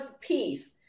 peace